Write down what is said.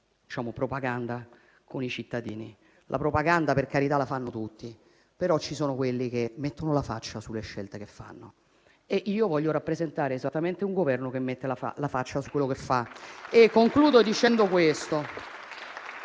fare propaganda con i cittadini. La propaganda, per carità, la fanno tutti, però ci sono quelli che mettono la faccia sulle scelte che fanno. Io voglio rappresentare esattamente un Governo che mette la faccia su quello che fa. Concludo dicendo quanto